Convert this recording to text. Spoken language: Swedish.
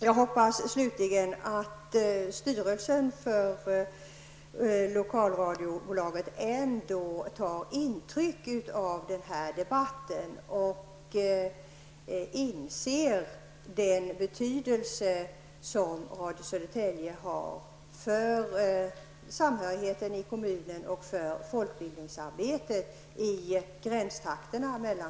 Jag hoppas slutligen att styrelsen för lokalradiobolaget ändå tar intryck av den här debatten och inser den betydelse som Radio Södertälje har för samhörigheten i kommunen och för folkbildningsarbetet i gränstrakterna mellan